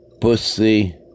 pussy